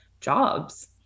jobs